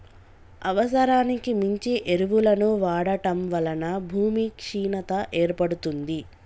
అవసరానికి మించి ఎరువులను వాడటం వలన భూమి క్షీణత ఏర్పడుతుంది